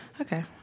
Okay